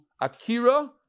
Akira